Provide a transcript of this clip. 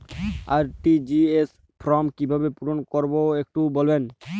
RTGS form কিভাবে পূরণ করবো একটু বলবেন?